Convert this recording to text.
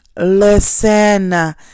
listen